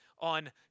on